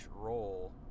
role